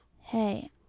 hey